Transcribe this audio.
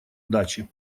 дачи